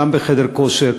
גם בחדר הכושר,